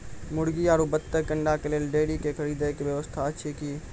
मुर्गी आरु बत्तक के अंडा के लेल डेयरी के खरीदे के व्यवस्था अछि कि?